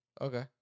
Okay